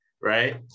right